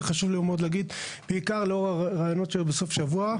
זה חשוב לי מאוד להגיד בעיקר לאור הראיונות שהיו בסוף השבוע,